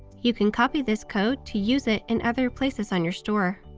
you can copy this code to use it and other places on your store.